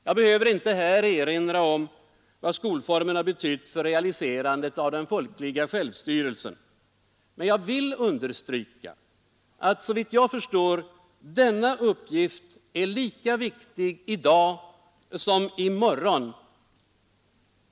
Jag behöver inte här erinra om vad skolformen har betytt för realiserandet av den folkliga självstyrelsen, men jag vill understryka att — såvitt jag förstår — denna uppgift är lika viktig också i dag och i morgon.